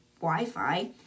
Wi-Fi